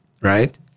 Right